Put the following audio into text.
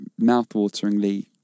mouthwateringly